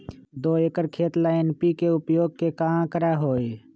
दो एकर खेत ला एन.पी.के उपयोग के का आंकड़ा होई?